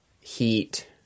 Heat